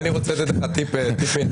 אני רוצה לתת לך טיפ מאצלינו,